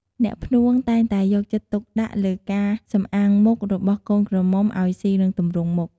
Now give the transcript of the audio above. អ្នកភ្នូងតែងតែយកចិត្តទុកដាក់លើការសំអាងមុខរបស់កូនក្រមុំអោយស៊ីនិងទម្រង់មុខ។